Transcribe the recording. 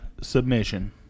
submission